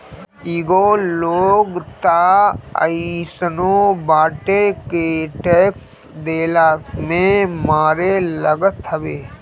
कईगो लोग तअ अइसनो बाटे के टेक्स देहला में मरे लागत हवे